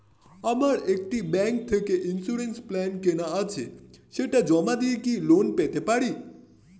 আমার একটি ব্যাংক থেকে ইন্সুরেন্স প্ল্যান কেনা আছে সেটা জমা দিয়ে কি লোন পেতে পারি?